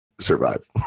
Survive